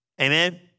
Amen